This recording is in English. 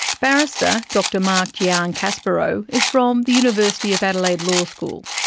barrister dr mark giancaspro is from the university of adelaide law school.